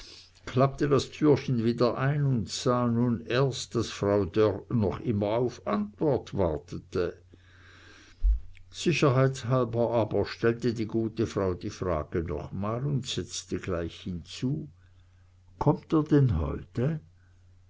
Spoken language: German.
klappte das türchen wieder ein und sah nun erst daß frau dörr noch immer auf antwort wartete sicherheitshalber aber stellte die gute frau die frage noch mal und setzte gleich hinzu kommt er denn heute